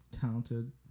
talented